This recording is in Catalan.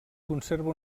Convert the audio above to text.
conserva